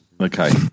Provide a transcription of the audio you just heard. Okay